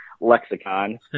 lexicon